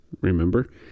Remember